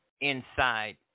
inside